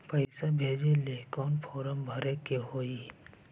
पैसा भेजे लेल कौन फार्म भरे के होई?